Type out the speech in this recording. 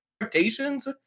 expectations